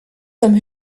comme